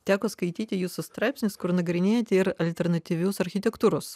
teko skaityti jūsų straipsnius kur nagrinėti ir alternatyvius architektūros